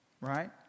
right